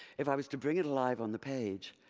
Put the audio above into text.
if i was to bring it alive on the page,